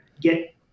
get